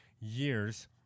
years